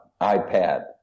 iPad